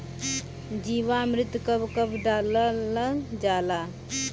जीवामृत कब कब डालल जाला?